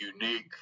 unique